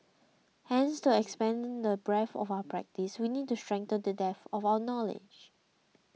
hence to expand the breadth of our practice we need to strengthen the depth of our knowledge